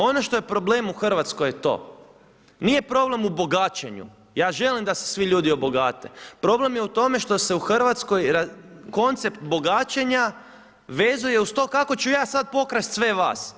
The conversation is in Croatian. Ono što je problem u Hrvatskoj je to, nije problem u bogaćenju, ja želim da se svi ljudi obogate, problem je u tome, što se u Hrvatskoj, koncept bogaćenja, vezuje uz to kako ću ja sad pokrasti sve vas.